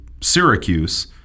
Syracuse